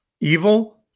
evil